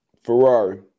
Ferrari